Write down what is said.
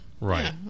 right